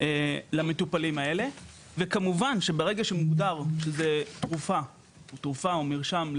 כמובן שברגע שמוגדרים תרופה או מרשם,